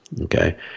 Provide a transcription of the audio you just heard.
Okay